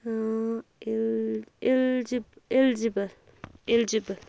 ٲں اِلجِبٕل اِلجِبٕل